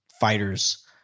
fighters